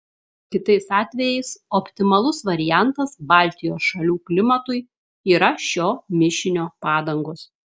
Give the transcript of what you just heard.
kitais atvejais optimalus variantas baltijos šalių klimatui yra šio mišinio padangos